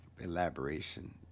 elaboration